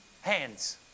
Hands